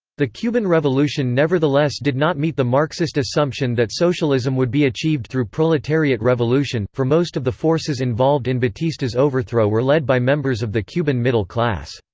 the cuban revolution nevertheless did not meet the marxist assumption that socialism would be achieved through proletariat revolution, for most of the forces involved in batista's overthrow were led by members of the cuban middle-class.